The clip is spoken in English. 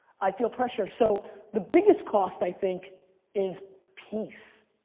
i feel pressure, so the biggest cost i think is peace.